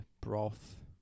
broth